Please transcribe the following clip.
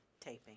taping